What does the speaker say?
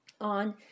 on